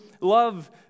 love